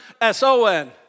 S-O-N